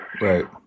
Right